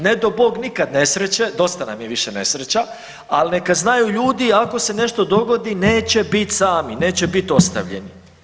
Ne do Bog nikad nesreće, dosta nam je više nesreća, ali neka znaju ljudi ako se nešto dogodi neće bit sami, neće bit ostavljeni.